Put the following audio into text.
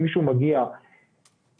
אם מישהו מגיע למרפאה,